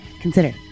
consider